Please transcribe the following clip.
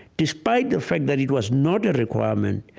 despite the fact that it was not a requirement,